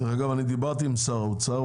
דרך אגב, אני דיברתי עם שר האוצר.